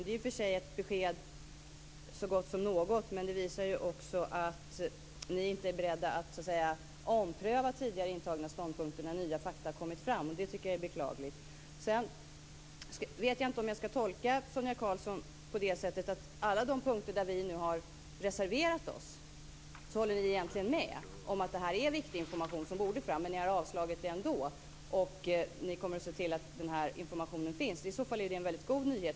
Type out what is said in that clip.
Det är i och för sig ett besked så gott som något, men det visar ju också att ni inte är beredda att ompröva tidigare intagna ståndpunkter när nya fakta kommit fram. Det tycker jag är beklagligt. Sedan vet jag inte om jag ska tolka Sonia Karlsson på det sättet att alla punkter som vi har reserverat oss på håller ni egentligen med om att det är viktig information som borde fram. Ni har avstyrkt reservationerna ändå, men ni kommer att se till att den här informationen finns. I så fall är det en mycket god nyhet.